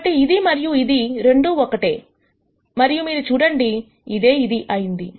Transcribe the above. కాబట్టి ఇది మరియు ఇది రెండు ఒకటే మరియు మీరు చూడండి ఇదే ఇది అయినది